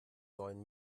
neuen